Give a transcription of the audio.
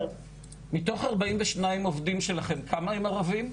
מתוך ארבעים ושניים עובדים שלכם כמה הם ערבים?